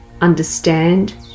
understand